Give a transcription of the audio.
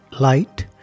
Light